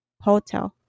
hotel